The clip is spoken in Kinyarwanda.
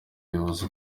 buyobozi